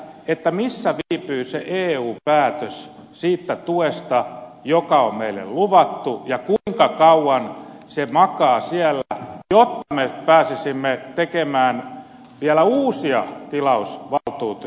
missä viipyy se eu päätös siitä tuesta joka on meille luvattu ja kuinka kauan se makaa siellä ennen kuin me pääsisimme tekemään vielä uusia tilausvaltuuksia